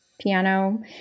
piano